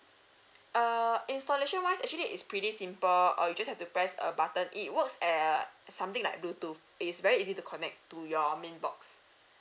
err installation wise actually it's pretty simple uh you have to press a button it works err something like bluetooth it's very easy to connect to your main box